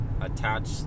attach